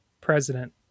President